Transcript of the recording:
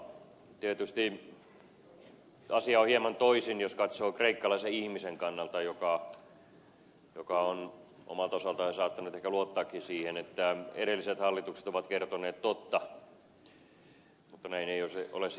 tietysti asia on hieman toisin jos katsoo kreikkalaisen ihmisen kannalta joka on omalta osaltaan jo saattanut ehkä luottaakin siihen että edelliset hallitukset ovat kertoneet totta mutta näin ei ole sitten ollut